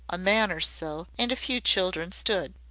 a man or so, and a few children stood.